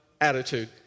attitude